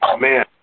Man